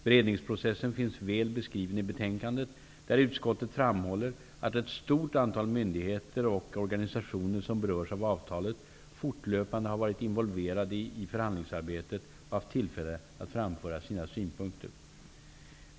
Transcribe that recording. Beredningsprocessen finns väl beskriven i betänkandet, där utskottet framhåller att ett stort antal myndigheter och organisationer som berörs av EES-avtalet fortlöpande har varit involverade i förhandlingsarbetet och haft tillfälle att framföra sina synpunkter.